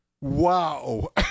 wow